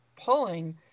pulling